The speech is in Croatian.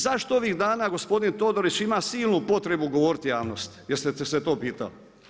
Zašto ovih dana gospodin Todorić ima silnu potrebu govoriti javnosti, jeste li se to pitali?